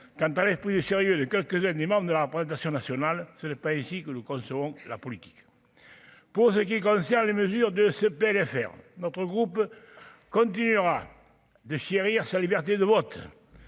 quant à l'esprit de sérieux de quelques-uns des membres de la représentation nationale, ce n'est pas ici que le Kosovo, la politique, pour ce qui concerne les mesures de ce PLFR notre groupe continuera de chérir sa liberté de vote,